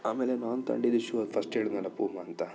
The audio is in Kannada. ಆಮೇಲೆ ನಾನು ತಗೊಂಡಿದ್ದು ಶೂ ಫಸ್ಟ್ ಹೇಳುದ್ನಲ್ಲ ಪೂಮ ಅಂತ